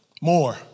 More